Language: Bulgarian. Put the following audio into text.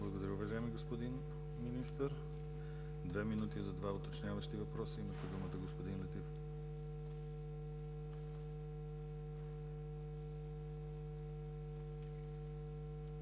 Благодаря, уважаеми господин Министър. Две минути за два уточняващи въпроса – имате думата, господин Летифов.